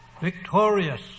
Victorious